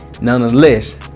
Nonetheless